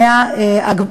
הערבית,